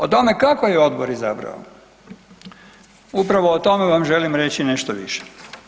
O tome kako je odbor izabrao upravo o tome vam želim reći nešto više.